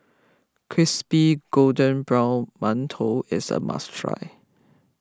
Crispy Golden Brown Mantou is a must try